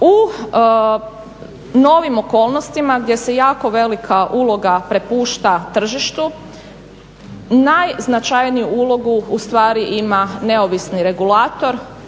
U novim okolnostima gdje se jako velika uloga prepušta tržištu najznačajniju ulogu ustvari ima neovisni regulator,